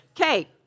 Okay